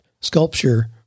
sculpture